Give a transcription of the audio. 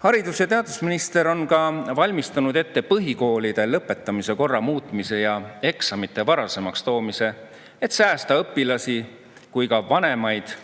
Haridus- ja teadusminister on valmistanud ette põhikoolide lõpetamise korra muutmise ja eksamite varasemaks toomise, et säästa nii õpilasi kui ka nende vanemaid